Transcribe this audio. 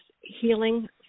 healing